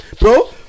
bro